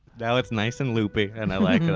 now it's nice and loopy and i like it